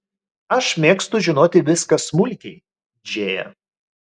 aš mėgstu žinoti viską smulkiai džėja